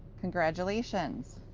congratulations.